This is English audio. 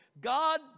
God